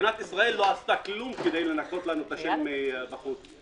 מדינת ישראל לא עשתה כלום כדי לנקות את השם שלנו בחוץ.